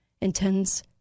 intends